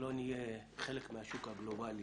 שלא נהיה חלק מהשוק הגלובלי